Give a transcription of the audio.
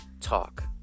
talk